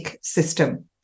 system